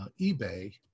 eBay